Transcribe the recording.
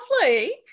lovely